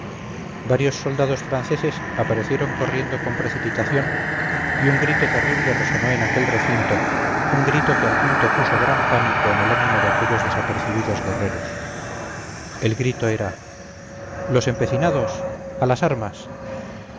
varios soldados franceses aparecieron corriendo con precipitación y un grito terrible resonó en aquel recinto un grito que al punto puso gran pánico en el ánimo de aquellos desapercibidos guerreros el grito era los empecinados a las armas